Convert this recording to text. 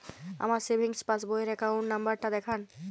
আমার সেভিংস পাসবই র অ্যাকাউন্ট নাম্বার টা দেখান?